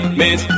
miss